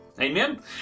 Amen